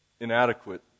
inadequate